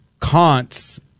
Kant's